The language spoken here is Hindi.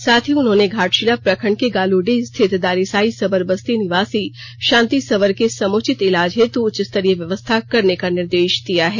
साथ ही उन्होंने घाटशिला प्रखंड के गालूडीह स्थित दारीसाई सबर बस्ती निवासी शांति सबर के समुचित इलाज हेतु उच्च स्तरीय व्यवस्था करने का निदेश दिया है